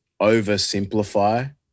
oversimplify